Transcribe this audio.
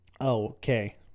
Okay